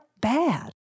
bad